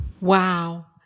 Wow